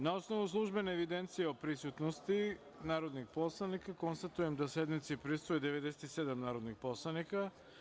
Na osnovu službene evidencije o prisutnosti narodnih poslanika, konstatujem da sednici prisustvuje 97 narodnih poslanika.